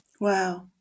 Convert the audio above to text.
Wow